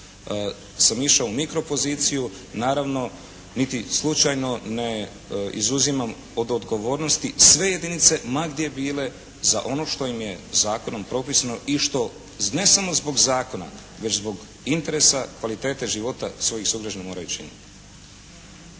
sam išao u mikropoziciju, naravno niti slučajno ne izuzimam od odgovornosti sve jedinice ma gdje bile za ono što im je zakonom propisano i što ne samo zbog zakona već zbog interesa kvalitete života svojih sugrađana